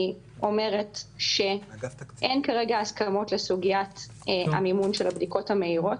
אני אומרת שאין כרגע הסכמות לסוגיית המימון של הבדיקות המהירות,